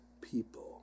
people